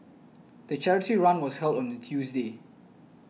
the charity run was held on a Tuesday